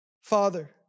Father